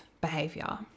behavior